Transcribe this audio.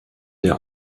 der